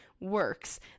works